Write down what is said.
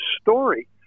story